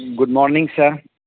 good morning sir